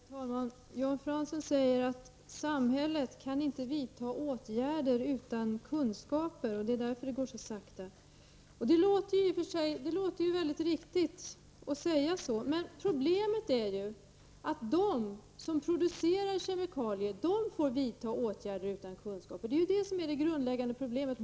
Herr talman! Jan Fransson säger att samhället inte kan vidta åtgärder utan kunskaper. Det är därför det går så sakta. Det låter riktigt att säga så. Men problemet är att de som producerar kemikalier får vidta åtgärder utan kunskap. Det är det grundläggande problemet.